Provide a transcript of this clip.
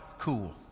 cool